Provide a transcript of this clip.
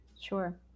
Sure